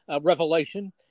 revelation